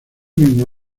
mismo